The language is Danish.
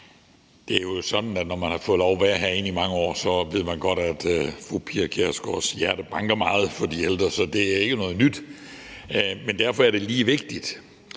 Det er jo sådan, at når man har fået lov til at være herinde i mange år, ved man godt, at fru Pia Kjærsgaards hjerte banker meget for de ældre. Så det er ikke noget nyt, men derfor er det lige vigtigt.